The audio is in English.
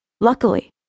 Luckily